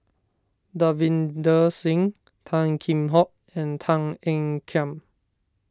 Davinder Singh Tan Kheam Hock and Tan Ean Kiam